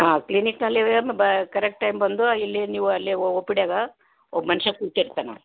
ಹಾಂ ಕ್ಲಿನಿಕ್ಕಲ್ಲಿ ನೀವೇನು ಬ ಕರೆಕ್ಟ್ ಟೈಮ್ ಬಂದು ಇಲ್ಲಿ ನೀವು ಅಲ್ಲಿ ಓ ಪಿ ಡ್ಯಾಗ ಒಬ್ಬ ಮನುಷ್ಯ ಕುಂತಿರ್ತಾನೆ